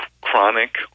chronic